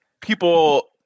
people